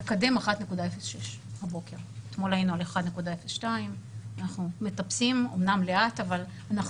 הבוקר המקדם 1.06. אתמול היינו על 1.02. אנחנו מטפסים,